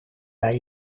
bij